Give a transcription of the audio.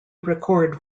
record